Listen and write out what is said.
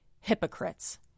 hypocrites